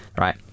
right